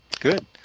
Good